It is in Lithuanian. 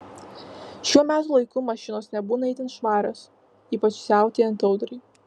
šiuo metų laiku mašinos nebūna itin švarios ypač siautėjant audrai